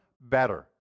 better